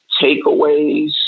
takeaways